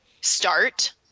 start